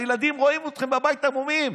הילדים רואים אתכם בבית המומים.